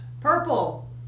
Purple